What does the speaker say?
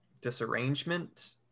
disarrangement